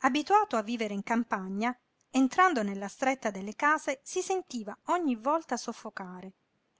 abituato a vivere in campagna entrando nella stretta delle case si sentiva ogni volta soffocare